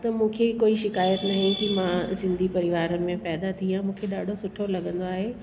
त मूंखे कोई शिकाइत न आहे की मां सिंधी परिवार में पैदा थी आहियां मूंखे ॾाढो सुठो लॻंदो आहे